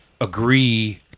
agree